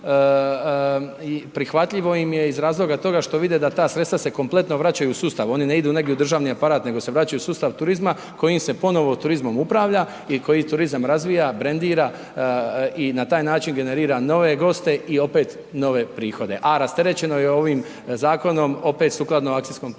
prihvatljivo im je iz razloga toga što vide da ta sredstva se kompletno vraćaju u sustav, oni ne idu negdje u državni aparat, nego se vraćaju u sustav turizma kojim se ponovno turizmom upravlja i kojim turizam razvija, brendira i na taj način generira nove goste i opet, nove prihode, a rasterećeno je ovim zakonom, opet sukladno akcijskom planu